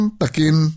takin